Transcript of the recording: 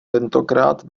tentokrát